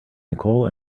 nicole